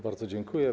Bardzo dziękuję.